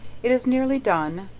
it is nearly done,